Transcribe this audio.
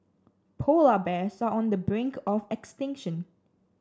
polar bears are on the brink of extinction